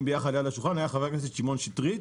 ביחד ליד השולחן היה חבר הכנסת שמעון שיטרית